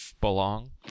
belong